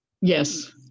yes